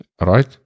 right